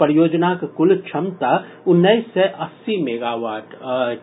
परियोजनाक कुल क्षमता उन्नैस सय अस्सी मेगावाट अछि